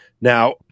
Now